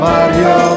Mario